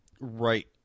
right